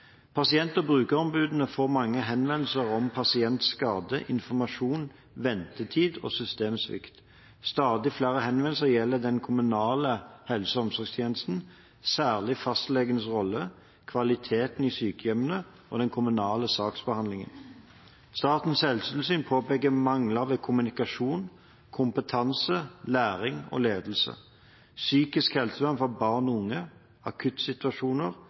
Pasient- og brukerombudene får mange henvendelser om pasientskade, informasjon, ventetid og systemsvikt. Stadig flere henvendelser gjelder den kommunale helse- og omsorgstjenesten, særlig fastlegens rolle, kvaliteten i sykehjemmene og den kommunale saksbehandlingen. Statens helsetilsyn påpeker mangler ved kommunikasjon, kompetanse, læring og ledelse. Psykisk helsevern for barn og unge, akuttsituasjoner,